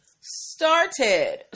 started